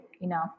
enough